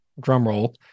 drumroll